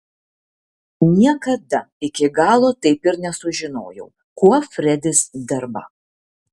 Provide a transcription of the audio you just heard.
niekada iki galo taip ir nesužinojau kuo fredis dirba